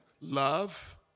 love